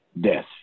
Death